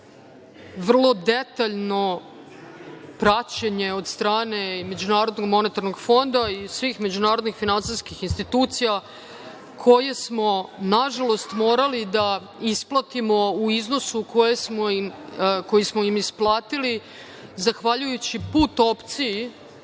vrlo detaljno praćenje od strane i MMF i svih međunarodnih finansijskih institucija koje smo nažalost morali da isplatimo u iznosu koji smo im isplatili, zahvaljujući put opciji